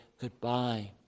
goodbye